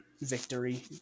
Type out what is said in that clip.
victory